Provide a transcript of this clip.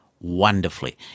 wonderfully